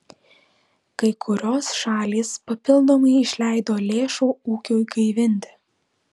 kai kurios šalys papildomai išleido lėšų ūkiui gaivinti